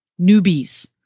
newbies